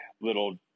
little